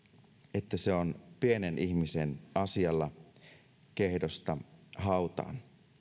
että se on pienen ihmisen asialla kehdosta hautaan